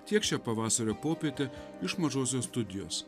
tiek šią pavasario popietę iš mažosios studijos